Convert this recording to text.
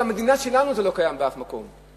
גם במדינה שלנו זה לא קיים בשום מקום.